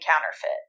counterfeit